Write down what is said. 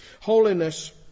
Holiness